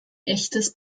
echtes